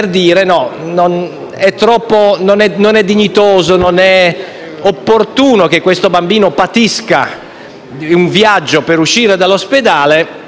che questo bambino patisce un viaggio per uscire dall'ospedale: è meglio farlo morire. Questo articolo 3, a mio parere,